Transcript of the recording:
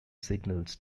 signals